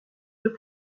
deux